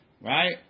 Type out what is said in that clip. right